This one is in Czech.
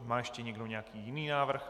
Má ještě někdo nějaký jiný návrh?